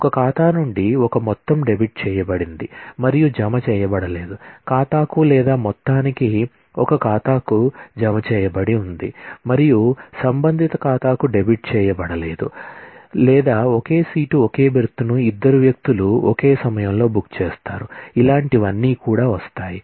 ఒక ఖాతా నుండి ఒక మొత్తం డెబిట్ చేయబడింది మరియు జమ చేయబడలేదు ఖాతాకు లేదా మొత్తానికి ఒక ఖాతాకు జమ చేయబడింది మరియు సంబంధిత ఖాతాకు డెబిట్ చేయబడలేదు లేదా ఒకే సీటు ఒకే బెర్త్ను ఇద్దరు వ్యక్తులు ఒకే సమయంలో బుక్ చేస్తారు ఇలాంటివన్నీ కూడా వస్తాయి